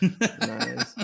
nice